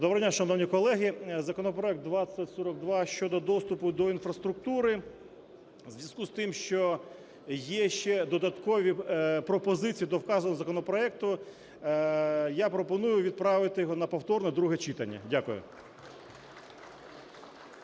Доброго дня, шановні колеги! Законопроект 2042 щодо доступу до інфраструктури. У зв’язку з тим, що є ще додаткові пропозиції до вказаного законопроекту, я пропоную відправити його на повторне друге читання. Дякую.